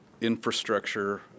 infrastructure